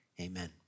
Amen